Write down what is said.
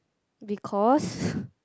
because